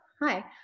hi